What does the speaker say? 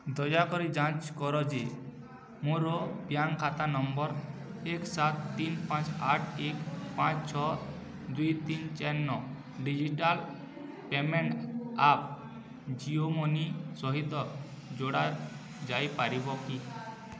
ଦୟାକରି ଯାଞ୍ଚ କର ଯେ ମୋର ବ୍ୟାଙ୍କ୍ ଖାତା ନମ୍ବର୍ ଏକ ସାତ ତିନି ପାଞ୍ଚ ଏକ ପାଞ୍ଚ ଛଅ ଦୁଇ ତିନି ଚାରି ନଅ digital payment app Jio money ସହିତ ଯୋଡ଼ା ଯାଇପାରିବ କି